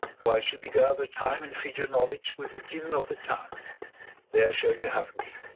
whiles you beguile the time and feed your knowledge with viewing of the town there shall you have me.